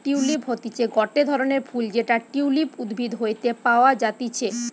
tulip হতিছে গটে ধরণের ফুল যেটা টিউলিপ উদ্ভিদ হইতে পাওয়া যাতিছে